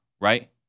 right